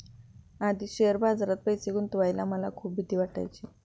आधी शेअर बाजारात पैसे गुंतवायला मला खूप भीती वाटायची